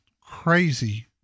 crazy